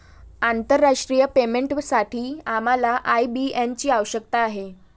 आंतरराष्ट्रीय पेमेंटसाठी आम्हाला आय.बी.एन ची आवश्यकता आहे